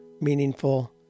meaningful